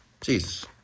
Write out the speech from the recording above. Jesus